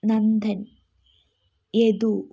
Nandan Yadu